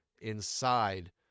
Inside